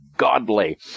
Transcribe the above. Godly